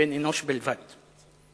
בן-אנוש בלבד.